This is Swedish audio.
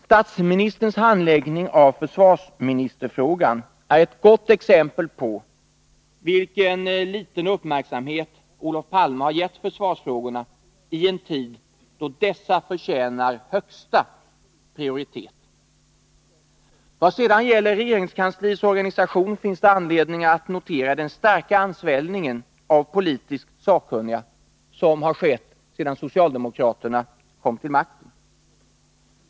Statsministerns handläggning av försvarsministerfrågan är ett gott exempel på vilken liten uppmärksamhet Olof Palme har gett försvarsfrågorna i en tid då dessa förtjänar högsta prioritet. Vad sedan gäller regeringskansliets organisation finns det anledning att notera den starka ansvällning av politiskt sakkunniga som skett sedan socialdemokraterna kom till makten.